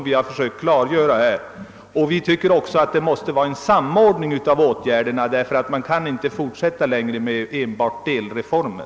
Vi tycker också att åtgärderna bör samordnas, ty man kan inte fortsätta med enbart delreformer.